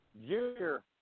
Junior